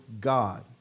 God